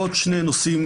עוד שני נושאים